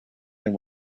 and